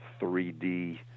3d